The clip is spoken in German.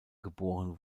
geboren